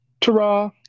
Ta-ra